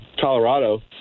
Colorado